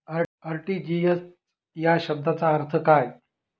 RTGS या शब्दाचा अर्थ काय?